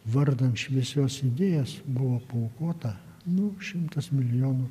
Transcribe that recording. vardan šviesios idėjos buvo paaukota nu šimtas milijonų